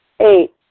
Eight